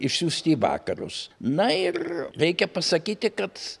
išsiųsti į vakarus na ir reikia pasakyti kad